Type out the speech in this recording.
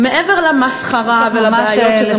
מעבר למסחרה ולבעיות, אני